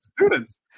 students